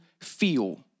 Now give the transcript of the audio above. feel